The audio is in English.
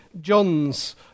Johns